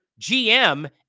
GM